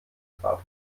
trat